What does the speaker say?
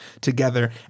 together